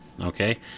Okay